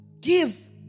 gives